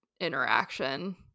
interaction